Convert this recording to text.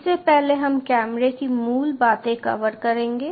इससे पहले हम कैमरे की मूल बातें कवर करेंगे